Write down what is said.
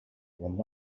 were